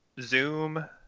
Zoom